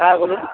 হ্যাঁ বলুন